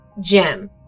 gem